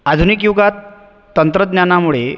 आधुनिक युगात तंत्रज्ञानामुळे